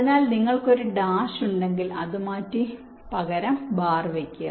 അതിനാൽ നിങ്ങൾക്ക് ഒരു ഡാഷ് ഉണ്ടെങ്കിൽ അത് മാറ്റി പകരം വയ്ക്കുക